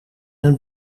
een